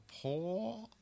poor